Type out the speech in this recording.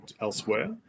elsewhere